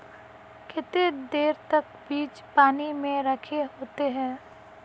केते देर तक बीज पानी में रखे होते हैं?